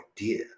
idea